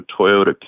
Toyota